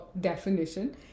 definition